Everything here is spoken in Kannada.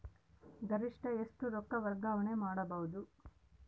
ಗರಿಷ್ಠ ಎಷ್ಟು ರೊಕ್ಕ ವರ್ಗಾವಣೆ ಮಾಡಬಹುದು?